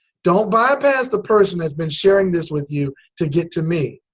don't bypass the person that's been sharing this with you to get to me.